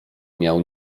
miał